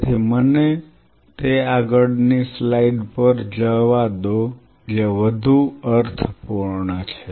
તેથી મને તે આગળ ની સ્લાઇડ પર જવા દો જે વધુ અર્થપૂર્ણ છે